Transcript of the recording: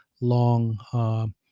long